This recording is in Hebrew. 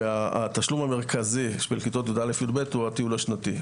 והתשלום המרכזי של כיתות י"א י"ב הוא הטיול השנתי.